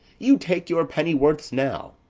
you take your pennyworths now!